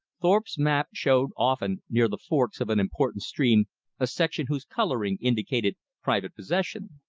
thorpe's map showed often near the forks of an important stream a section whose coloring indicated private possession.